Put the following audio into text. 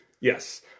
Yes